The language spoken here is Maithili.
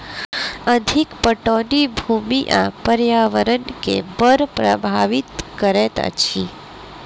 अधिक पटौनी भूमि आ पर्यावरण के बड़ प्रभावित करैत अछि